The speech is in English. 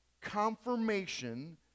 confirmation